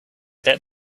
that